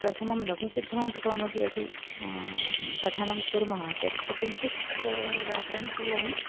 प्रथमं लघुसिद्धान्तकौमुदी यति पठनं कुर्मः चेत् किञ्चित् व्याकरणं तु वयम्